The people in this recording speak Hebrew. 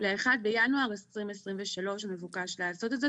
ל-1 בינואר 2023 מבוקש לעשות את זה.